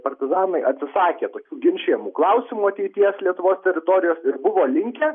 partizanai atsisakė tokių ginčijamų klausimų ateities lietuvos teritorijos ir buvo linkę